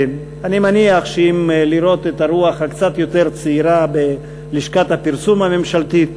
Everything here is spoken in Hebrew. אני מניח שאם ראו את הרוח הקצת יותר צעירה בלשכת הפרסום הממשלתית,